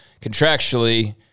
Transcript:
contractually